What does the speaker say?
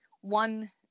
one